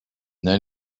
then